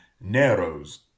narrows